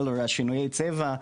שינויי צבע,